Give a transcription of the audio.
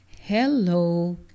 Hello